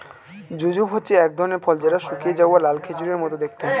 jujube হচ্ছে এক ধরনের ফল যেটা শুকিয়ে যাওয়া লাল খেজুরের মত দেখতে হয়